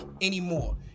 anymore